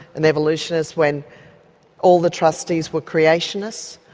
and evolutionist when all the trustees were creationists,